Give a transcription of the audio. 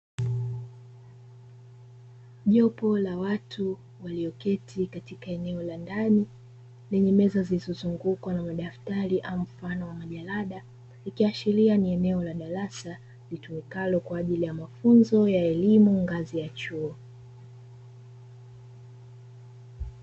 Jopo la watu walio keti katika eneo la ndani lenye meza zilizozungukwa na madaftari au mfano wa majalada, ikiashiria ni eneo la darasa litumikalo kwa ajili ya mafunzo ya elimu ngazi ya chuo.